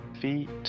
feet